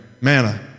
manna